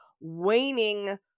waning